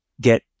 get